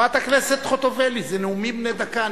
חברת הכנסת חוטובלי, זה נאומים בני דקה.